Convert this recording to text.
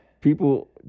people